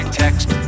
text